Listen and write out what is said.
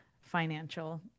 financial